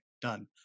Done